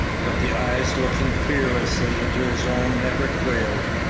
but the eyes looking fearlessly into his own never quailed.